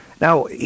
Now